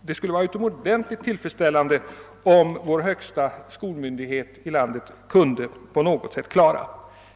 det skulle ha varit utomordentligt tillfredsställande om landets högsta skolmyndighet på något sätt kunde klara ut.